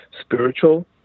spiritual